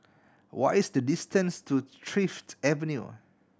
what is the distance to Thrift